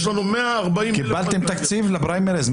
קיבלתם תקציב לפריימריז.